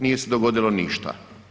Nije se dogodilo ništa.